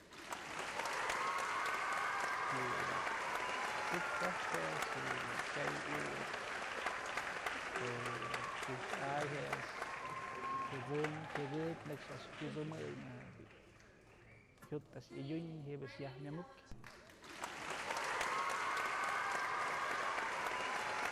Yë bi'i tsu'uktë a'ax yë kyay iukë je'e ujt's a'ay je'e a'ax jyat'sëm jyakëbyë nëkx a'ax kyut'sëmëy ma je'e bi'i jyut a'ax yadyunën ji'ib a'ax yaj mamyuk.